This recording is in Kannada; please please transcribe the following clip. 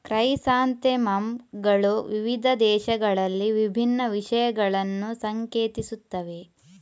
ಕ್ರೈಸಾಂಥೆಮಮ್ ಗಳು ವಿವಿಧ ದೇಶಗಳಲ್ಲಿ ವಿಭಿನ್ನ ವಿಷಯಗಳನ್ನು ಸಂಕೇತಿಸುತ್ತವೆ